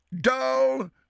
dull